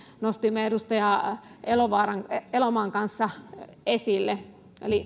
nostimme edustaja elomaan elomaan kanssa esille